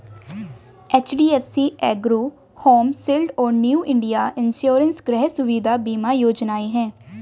HDFC ERGO home shield और new India insurance गृह सुविधा बीमा योजनाएं हैं